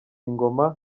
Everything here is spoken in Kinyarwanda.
ingoma